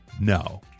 No